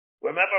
Remember